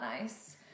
nice